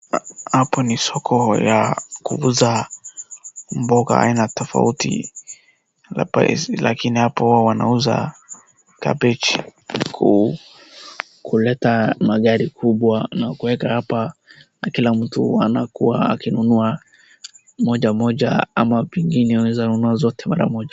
Hapo ni soko ya kuuza mbogo aina tofauti, lakini hapa wanauza cabbage, kuleta magari kubwa na kuweka hapa na kila mtu anakuwa akinunua moja moja ama pengine unaweza kunua zote mara moja.